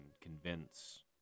convince